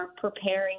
preparing